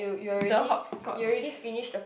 the hopscotch